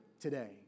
today